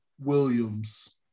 Williams